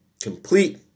complete